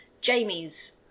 Jamie's